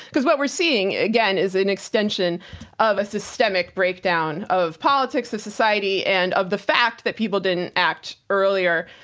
because what we're seeing again is an extension of a systemic breakdown of politics, of society and of the fact that people didn't act earlier.